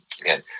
again